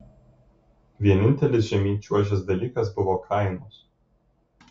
vienintelis žemyn čiuožęs dalykas buvo kainos